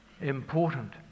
important